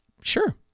Sure